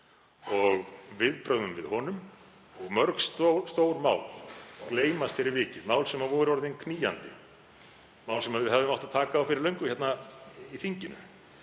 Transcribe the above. og viðbrögðum við honum og mörg stór mál gleymast fyrir vikið, mál sem voru orðin knýjandi, mál sem við hefðum átt að taka á fyrir löngu hérna í þinginu